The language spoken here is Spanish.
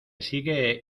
sigue